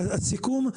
אז לסיכום,